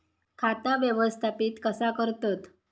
खाता व्यवस्थापित कसा करतत?